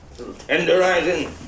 tenderizing